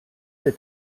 der